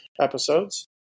episodes